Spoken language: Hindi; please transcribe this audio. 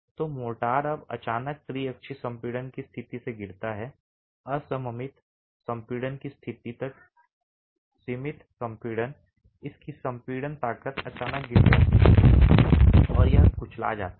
तो मोर्टार अब अचानक त्रिअक्षीय संपीड़न की स्थिति से गिरता है असममित संपीड़न की स्थिति तक सीमित संपीड़न इसकी संपीड़न ताकत अचानक गिर जाती है और यह कुचला जाता है